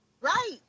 Right